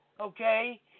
Okay